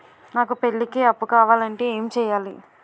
నాకు పెళ్లికి అప్పు కావాలంటే ఏం చేయాలి?